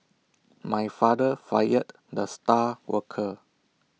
my father fired the star worker